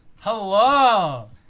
Hello